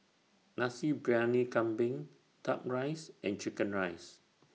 Nasi Briyani Kambing Duck Rice and Chicken Rice